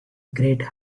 great